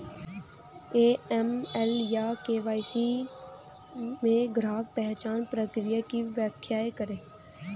AML या KYC में ग्राहक पहचान प्रक्रिया की व्याख्या करें?